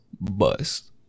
Bust